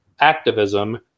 activism